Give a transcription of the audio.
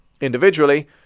Individually